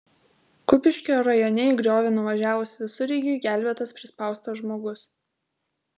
kupiškio rajone į griovį nuvažiavus visureigiui gelbėtas prispaustas žmogus